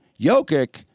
Jokic